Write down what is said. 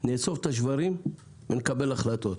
נאסוף את השברים ונקבל החלטות.